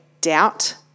doubt